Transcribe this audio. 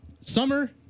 summer